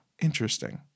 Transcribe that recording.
Interesting